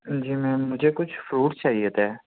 جی ma'am مجھے کچھ fruit چاہیے تھے